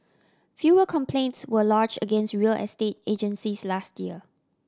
fewer complaints were lodged against real estate agencies last year